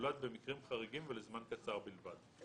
זולת במקרים חריגים ולזמן קצר בלבד,